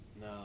no